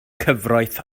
cyfraith